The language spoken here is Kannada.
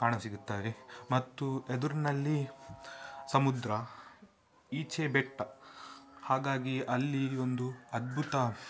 ಕಾಣಸಿಗುತ್ತದೆ ಮತ್ತು ಎದುರಿನಲ್ಲಿ ಸಮುದ್ರ ಈಚೆ ಬೆಟ್ಟ ಹಾಗಾಗಿ ಅಲ್ಲಿ ಒಂದು ಅದ್ಭುತ